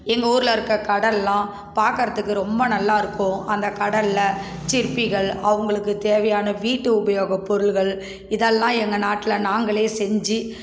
எங்கள் ஊரில் இருக்கற கடலெலாம் பார்க்கறதுக்கு ரொம்ப நல்லா இருக்கும் அந்த கடலில் சிப்பிகள் அவங்களுக்கு தேவையான வீட்டு உபயோகப் பொருட்கள் இதெல்லாம் எங்கள் நாட்டில் நாங்களே செஞ்சு